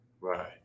Right